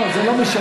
לא, זה לא משנה.